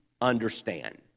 understand